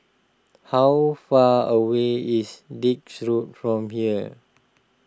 how far away is Dix Road from here